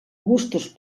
gustos